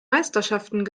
meisterschaften